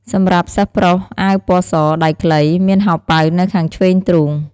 សម្រាប់សិស្សប្រុស អាវពណ៌ស ដៃខ្លី មានហោប៉ៅនៅខាងឆ្វេងទ្រូង។